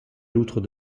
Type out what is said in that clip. loutre